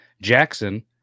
Jackson